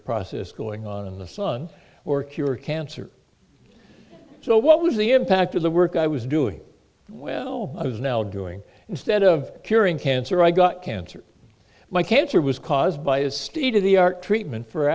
process going on in the sun or cure cancer so what was the impact of the work i was doing well i was now doing instead of curing cancer i got cancer my cancer was caused by a state of the art treatment for